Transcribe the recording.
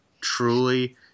truly